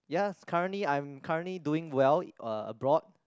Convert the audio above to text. yes currently I'm currently doing well uh abroad